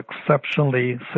exceptionally